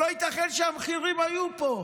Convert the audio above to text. שלא ייתכן שהמחירים עלו פה.